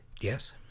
Yes